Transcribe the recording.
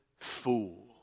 Fool